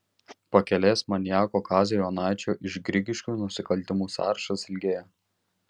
pakelės maniako kazio jonaičio iš grigiškių nusikaltimų sąrašas ilgėja